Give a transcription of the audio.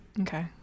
Okay